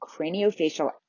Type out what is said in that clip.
craniofacial